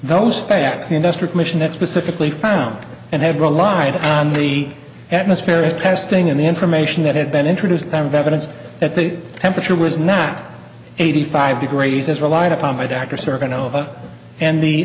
those facts the industry commission that specifically found and had relied on the atmospheric testing and the information that had been introduced kind of evidence that the temperature was now at eighty five degrees as relied upon by